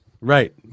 Right